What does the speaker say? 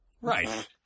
Right